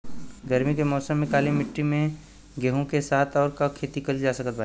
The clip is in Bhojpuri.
गरमी के मौसम में काली माटी में गेहूँ के साथ और का के खेती कर सकत बानी?